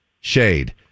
shade